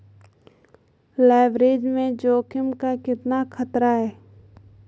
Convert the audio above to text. Leverage में जोखिम का कितना खतरा है?